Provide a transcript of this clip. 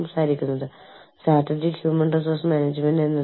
തുടർന്ന് ഇത് പിന്നീട് ഒരു സ്ഥിര ജോലിയിലേക്ക് പരിവർത്തനം ചെയ്യാൻ ആഗ്രഹിക്കുന്നു